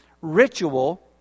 Ritual